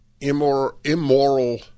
immoral